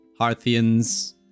Harthians